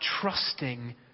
trusting